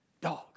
dog